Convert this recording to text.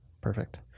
Perfect